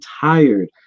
tired